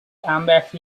ambell